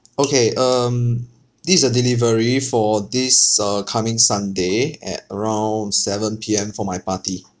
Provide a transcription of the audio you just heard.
okay um this is a delivery for this uh coming sunday at around seven P_M for my party